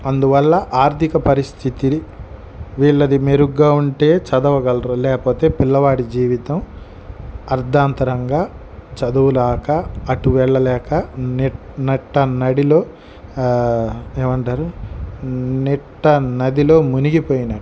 అందువల్ల ఆర్థిక పరిస్థితి వీళ్ళది మెరుగ్గా ఉంటే చదవగలరు లేపోతే పిల్లవాడు జీవితం అర్ధాంతరంగా చదువు లేక అటు వెళ్ళ లేక ని నట్ట నడిలో ఏమంటారు నిట్ట నదిలో మునిగిపోయినట్టే